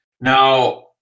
Now